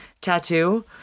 tattoo